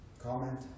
comment